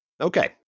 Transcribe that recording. Okay